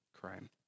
crime